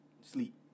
Sleep